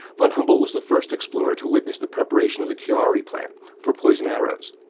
von humboldt was the first explorer to witness the preparation of the curare plant for poison arrows.